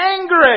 angry